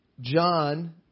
John